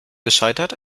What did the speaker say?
gescheitert